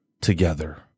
together